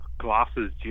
Glasses